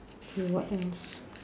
okay what else